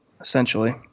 essentially